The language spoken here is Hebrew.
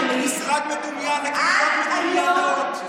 משרד מדומיין, מדומיינות.